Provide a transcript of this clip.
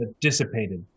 Dissipated